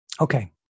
Okay